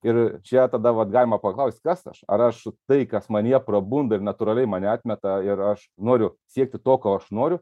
ir čia tada vat galima paklaust kas aš ar aš tai kas manyje prabunda ir natūraliai mane atmeta ir aš noriu siekti to ko aš noriu